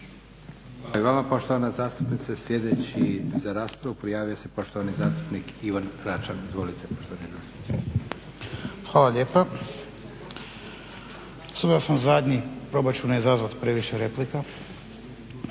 vama poštovana zastupnice. Sljedeći za raspravu prijavio se poštovani zastupnik Ivan Račan. Izvolite poštovani zastupniče. **Račan, Ivan (SDP)** Hvala lijepa. S obzirom da sam zadnji probat ću ne izazvati previše replika.